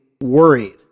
worried